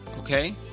Okay